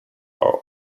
are